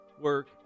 work